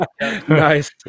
nice